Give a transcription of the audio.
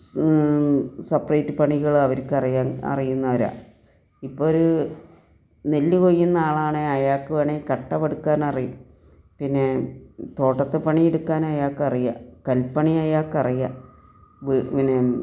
separate പണികൾ അവർക്ക് അറിയാം അറിയുന്നവരാണ് ഇപ്പം അവർ നെല്ല് കൊയ്യുന്ന ആളാണെങ്കിൽ അയാൾക്ക് വേണമെങ്കിൽ കട്ട എടുക്കാനറിയാം പിന്നെ തോട്ടത്തിൽ പണിയെടുക്കാൻ അയൾക്ക് അറിയാം കൽപ്പണി അയാൾക്ക് അറിയാം പിന്നെ